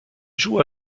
joue